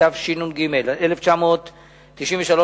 התשנ"ג 1993,